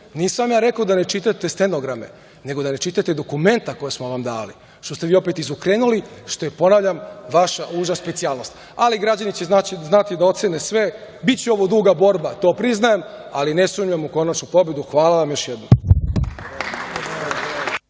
Nisam ja rekao da ne čitate stenograme, nego da ne čitate dokumenta koja smo vam dali, što ste vi opet izokrenuli a što je, ponavljam, vaša uža specijalnost. Ali, građani će znati da ocene sve, biće ovo duga borba, to priznajem, ali ne sumnjam u konačnu pobedu. Hvala vam još jednom.